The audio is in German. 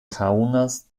kaunas